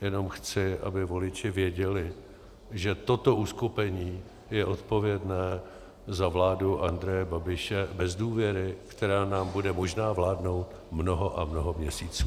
Jenom chci, aby voliči věděli, že toto uskupení je odpovědné za vládu Andreje Babiše bez důvěry, která nám bude možná vládnout mnoho a mnoho měsíců.